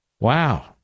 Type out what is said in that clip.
Wow